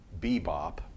bebop